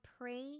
pray